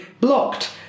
blocked